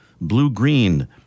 blue-green